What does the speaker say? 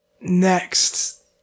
Next